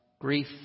grief